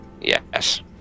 Yes